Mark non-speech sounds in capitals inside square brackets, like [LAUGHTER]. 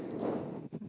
[BREATH]